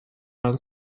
from